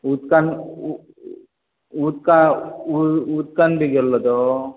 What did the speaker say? उदकांन उद उ उ उदकांन बी गेल्लो तो